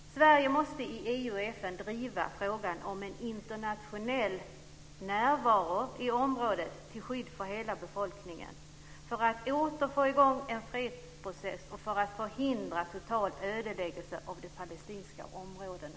Sverige måste i EU och FN driva frågan om en internationell närvaro i området till skydd för hela befolkningen, så att man åter får i gång en fredsprocess och förhindrar total ödeläggelse av de palestinska områdena.